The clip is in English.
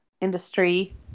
industry